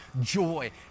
joy